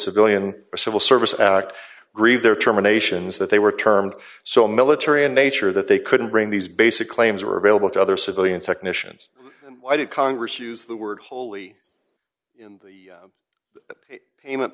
civilian or civil service act greve their terminations that they were termed so military in nature that they couldn't bring these basic claims were available to other civilian technicians why did congress use the word holy and payment